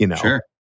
Sure